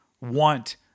want